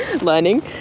learning